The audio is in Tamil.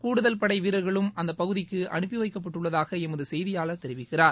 கூடுதல் படை வீரர்களும் அந்த பகுதிக்கு அனுப்பி வைக்கப்பட்டுள்ளதாக எமது செய்தியாளர் தெரிவிக்கிறார்